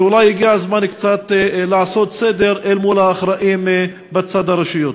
ואולי הגיע הזמן קצת לעשות סדר אל מול האחראים בצד הרשויות.